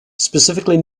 specifically